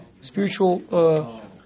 spiritual